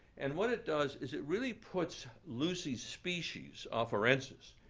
and what it does is it really puts lucy's species, afarensis,